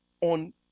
on